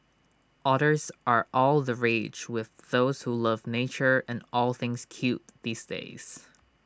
otters are all the rage with those who love nature and all things cute these days